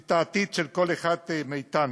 את העתיד של כל אחד מאתנו.